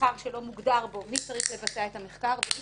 מאחר שלא מוגדר בו מי צריך לבצע את המחקר אי